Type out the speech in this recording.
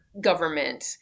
government